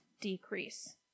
decrease